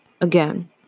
Again